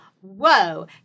Whoa